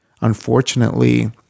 unfortunately